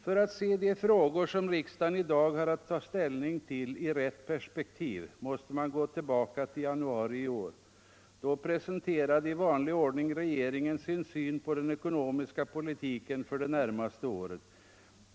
För att se de frågor som riksdagen i dag har att ta ställning till i rätt perspektiv måste man gå tillbaka till januari i år. Då presenterade i vanlig ordning regeringen sin syn på den ekonomiska politiken för det närmaste året.